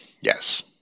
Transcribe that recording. yes